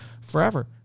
forever